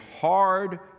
hard